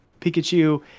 pikachu